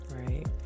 right